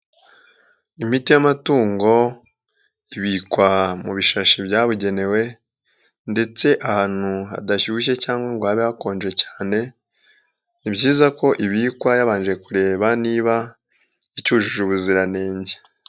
Imiti y'amatungo ibikwa mu bishashi byabugenewe ndetse ahantu hadashyushye cyangwa ngo habe hakonje cyane, ni byiza ko ibikwa yabanje kureba niba icyujuje ubuziranenge.